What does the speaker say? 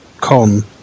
con